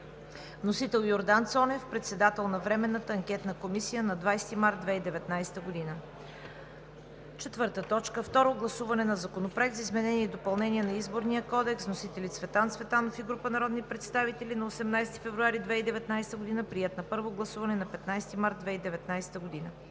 Вносител е Йордан Цонев – председател на Временната анкетна комисия на 20 март 2019 г. 4. Второ гласуване на Законопроекта за изменение и допълнение на Изборния кодекс. Вносители са Цветан Цветанов и група народни представители на 18 февруари 2019 г. Приет е на първо гласуване на 15 март 2019 г.